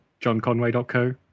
johnconway.co